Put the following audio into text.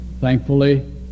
thankfully